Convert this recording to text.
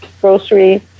grocery